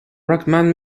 recommend